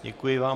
Děkuji vám.